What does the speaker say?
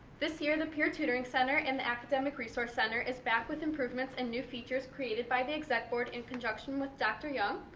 this year, the peer tutoring center and the academic resource center is back with improvements and new features created by the exec board in conjunction with dr. young,